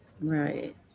Right